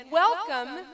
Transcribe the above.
welcome